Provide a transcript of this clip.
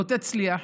לא תצליח.